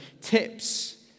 tips